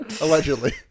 Allegedly